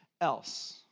else